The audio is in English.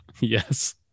yes